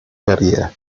carriera